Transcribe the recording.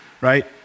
right